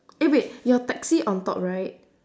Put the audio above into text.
eh wait your taxi on top right